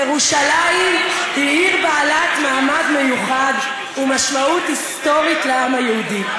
ירושלים היא עיר בעלת מעמד מיוחד ומשמעות היסטורית לעם היהודי.